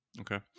Okay